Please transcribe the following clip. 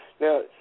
now